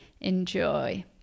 enjoy